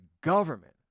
government